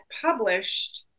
published